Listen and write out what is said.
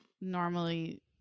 normally